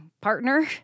partner